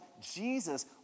Jesus